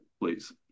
please